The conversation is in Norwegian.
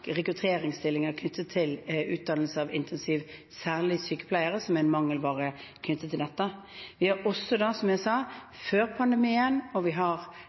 rekrutteringsstillinger knyttet til utdannelse av særlig intensivsykepleiere, som er en mangelvare knyttet til dette. Vi har også, som jeg sa, både før og under pandemien